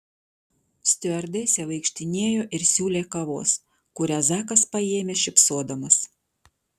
stiuardesė vaikštinėjo ir siūlė kavos kurią zakas paėmė šypsodamas